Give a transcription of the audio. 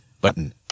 button